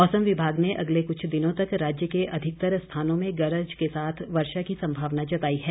मौसम विभाग ने अगले कुछ दिनों तक राज्य के अधिकतर स्थानों में गरज के साथ वर्षा की संभावना जताई है